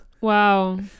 Wow